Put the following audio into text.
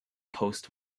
post